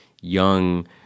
young